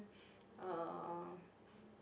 uh